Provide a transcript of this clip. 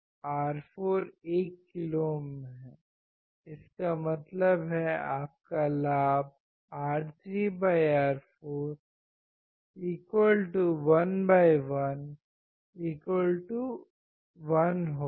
R4 1 kilo ohm है इसका मतलब है आपका लाभ R3R4 11 1 होगा